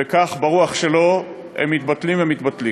וכך, ברוח שלו, הם מתבטלים ומתבטלים.